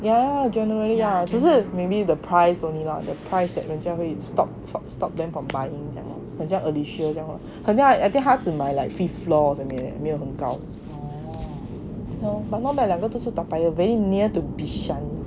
yeah generally yeah 只是 maybe the price only hor the price that stop stop them from buying 很像 alysha 这样 lor 很像 I think 他只买 like fifth floor 没有很高 but not bad 两个都住在 toa payoh very near to each other